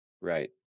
Right